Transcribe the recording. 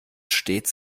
stets